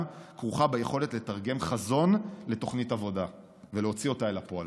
כרוכה ביכולת לתרגם חזון לתוכנית עבודה ולהוציא אותה אל הפועל.